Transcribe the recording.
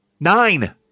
Nine